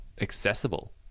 accessible